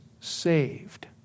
saved